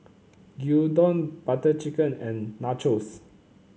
Gyudon Butter Chicken and Nachos